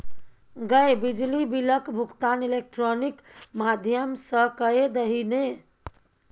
गै बिजली बिलक भुगतान इलेक्ट्रॉनिक माध्यम सँ कए दही ने